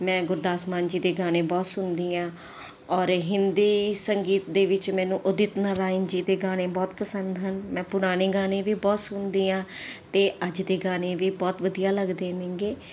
ਮੈਂ ਗੁਰਦਾਸ ਮਾਨ ਜੀ ਦੇ ਗਾਣੇ ਬਹੁਤ ਸੁਣਦੀ ਹਾਂ ਔਰ ਹਿੰਦੀ ਸੰਗੀਤ ਦੇ ਵਿੱਚ ਮੈਨੂੰ ਉਦਿੱਤ ਨਾਰਾਇਣ ਜੀ ਦੇ ਗਾਣੇ ਬਹੁਤ ਪਸੰਦ ਹਨ ਮੈਂ ਪੁਰਾਣੇ ਗਾਣੇ ਵੀ ਬਹੁਤ ਸੁਣਦੀ ਹਾਂ ਅਤੇ ਅੱਜ ਦੇ ਗਾਣੇ ਵੀ ਬਹੁਤ ਵਧੀਆ ਲੱਗਦੇ ਨੇ ਗੇ